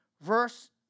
Verse